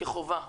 כחובה.